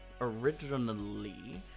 originally